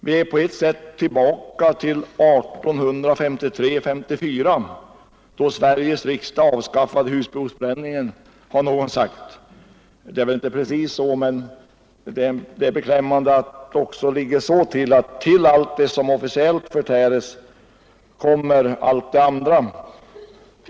Vi är på ett sätt tillbaka till 1853-1854, då Sveriges riksdag avskaffade husbehovsbränningen, har någon sagt. Det är väl inte precis så, men det är sorgligt att till allt det som officiellt förtärs kommer allt det andra.